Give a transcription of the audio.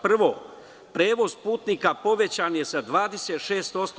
Prvo, prevoz putnika povećan je za 26%